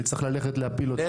אני צריך ללכת להפיל אותה.